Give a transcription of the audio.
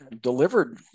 Delivered